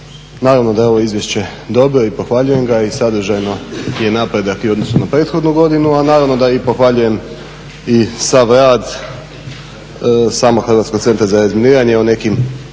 naravno da je ovo izvješće dobro i pohvaljujem ga i sadržajno je napredak i u odnosu na prethodnu godinu a naravno da i pohvaljujem sav rad samog Hrvatskog centra za razminiranje o nekim